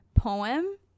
poem